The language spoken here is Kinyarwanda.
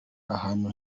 ahantu